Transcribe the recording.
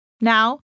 Now